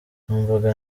numvaga